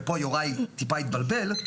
ופה יוראי טיפה התבלבל,